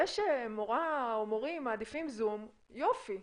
זה שמורה או מורים מעדיפים זום, יופי.